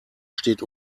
steht